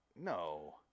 No